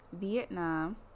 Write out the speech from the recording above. Vietnam